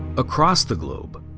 across the globe,